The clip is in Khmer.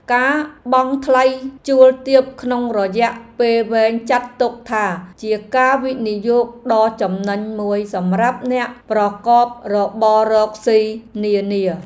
ការបង់ថ្លៃជួលទាបក្នុងរយៈពេលវែងចាត់ទុកថាជាការវិនិយោគដ៏ចំណេញមួយសម្រាប់អ្នកប្រកបរបររកស៊ីនានា។